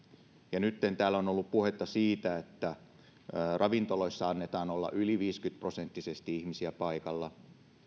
ja nytten täällä on ollut puhetta siitä että ravintoloissa annetaan olla yli viisikymmentä prosenttisesti ihmisiä paikalla